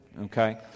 okay